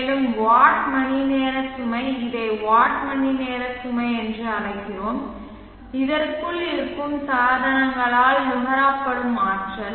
மேலும் வாட் மணிநேர சுமை இதை வாட் மணிநேர சுமை என்று அழைக்கிறேன் இதற்குள் இருக்கும் சாதனங்களால் நுகரப்படும் ஆற்றல்